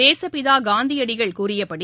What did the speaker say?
தேசுப்பிதா காந்தியடிகள் கூறியபடி